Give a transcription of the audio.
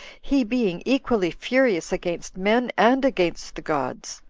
he being equally furious against men and against the gods.